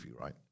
right